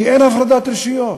כי אין הפרדת רשויות,